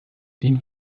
den